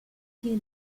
fine